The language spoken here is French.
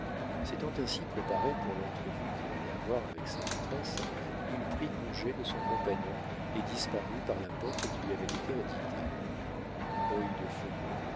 s'étant ainsi préparé pour l'entrevue qu'il allait avoir avec sa maîtresse il prit congé de son compagnon et disparut par la porte qui lui avait été indiquée œil de faucon le